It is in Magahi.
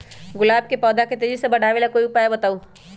गुलाब के पौधा के तेजी से बढ़ावे ला कोई उपाये बताउ?